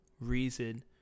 reason